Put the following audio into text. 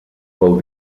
vol